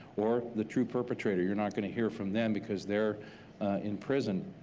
or the true perpetrator. you're not gonna hear from them because they're in prison.